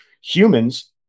humans